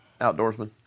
outdoorsman